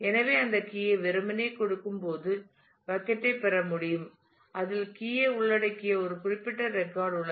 எனவே அந்த கீ யை வெறுமனே கொடுக்கும் போது பக்கட் ஐ பெற முடியும் அதில் கீ யை உள்ளடக்கிய குறிப்பிட்ட ரெக்கார்ட் உள்ளது